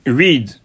read